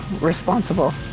responsible